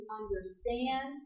understand